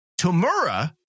Tamura